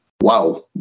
wow